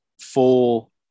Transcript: full